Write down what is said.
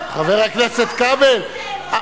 מה לא מאמינים לך,